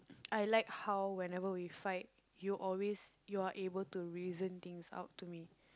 I like how whenever we fight you always you're able to reason things out to me